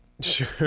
Sure